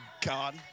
God